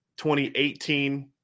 2018